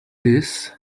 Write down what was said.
this